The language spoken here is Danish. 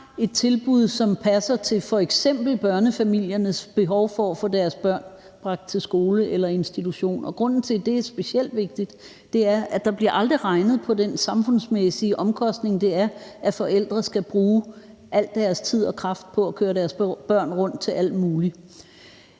et tilbud, som passer til f.eks. børnefamiliernes behov for at få deres børn bragt til skole eller institution. Grunden til, at det er specielt vigtigt, er, at der aldrig bliver regnet på den samfundsmæssige omkostning, det er, at forældre skal bruge al deres tid og kraft på at køre deres børn rundt til alt muligt.